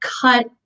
cut